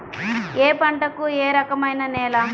ఏ పంటకు ఏ రకమైన నేల?